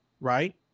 Right